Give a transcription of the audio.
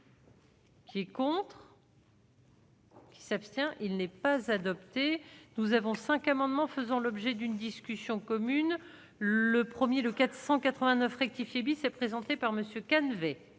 Qui est contre. Qui s'abstient, il n'est pas adopté, nous avons 5 amendements faisant l'objet d'une discussion commune le 1er de 489 rectifié bis est présenté par Monsieur